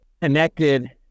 connected